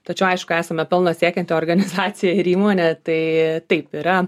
tačiau aišku esame pelno siekianti organizacija ir įmonė tai taip yra